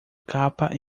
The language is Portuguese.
capa